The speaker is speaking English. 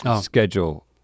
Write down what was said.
schedule